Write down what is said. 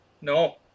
No